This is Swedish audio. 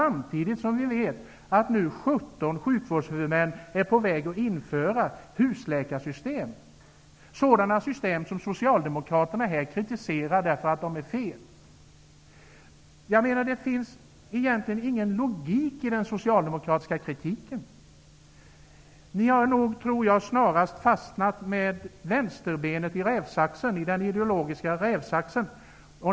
Samtidigt vet vi att 17 sjukvårdshuvudmän är på väg att införa husläkarsystem, sådana system som socialdemokraterna här kritiserar därför att de är fel. Det finns egentligen ingen logik i den socialdemokratiska kritiken. Ni har nog, tror jag, snarast fastnat med vänsterbenet i den ideologiska rävsaxen.